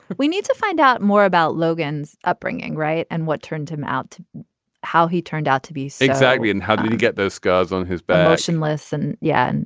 we need to find out more about logan's upbringing right and what turned him out to how he turned out to be exactly and how did you get those scars on his back and listen. yeah. and